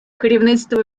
керівництво